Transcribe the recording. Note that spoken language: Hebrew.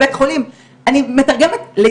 מה קורה בבית חולים, אני מתרגמת לידות.